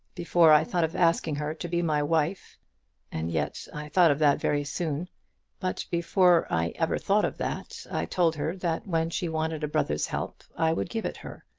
before i thought of asking her to be my wife and yet i thought of that very soon but before i ever thought of that, i told her that when she wanted a brother's help i would give it her.